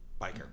biker